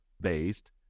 based